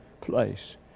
place